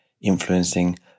influencing